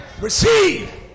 Receive